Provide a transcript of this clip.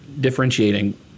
differentiating